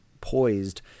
poised